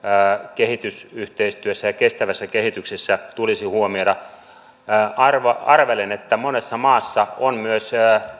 kehitysyhteistyössä ja kestävässä kehityksessä tulisi huomioida arvelen arvelen että monessa maassa on myös